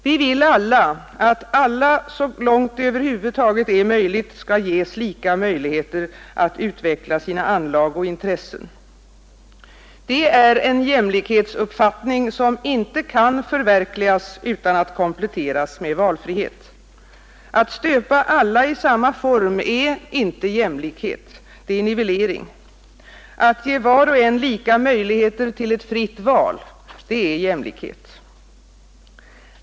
Vi vill alla att alla så långt det över huvud taget är möjligt skall ges lika möjligheter att utveckla sina anlag och intressen. Det är en jämlikhetsuppfattning som inte kan förverkligas utan att kompletteras med valfrihet. Att stöpa alla i samma form är inte jämlikhet — det är nivellering. Att ge var och en lika möjligheter till ett fritt val — det är jämlikhet.